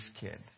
kid